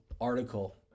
Article